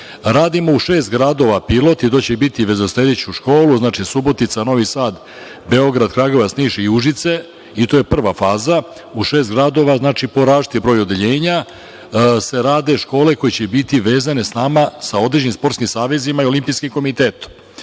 dođu. Radimo u šest gradova, pilot i to će biti već za sledeću školu, znači Subotica, Novi Sad, Beograd, Kragujevac, Niš i Užice i to je prva faza u šest gradova, znači različit je broj odeljenja se rade škole koje će biti vezane sa nama sa određenim sporskim savezima i Olimpijskim komitetom. Mi